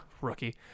Rookie